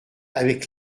avec